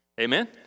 Amen